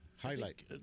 highlight